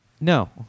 No